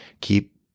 keep